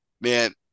Man